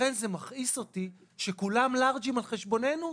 לכן זה מכעיס אותי שכולם לארג'ים על חשבוננו.